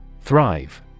Thrive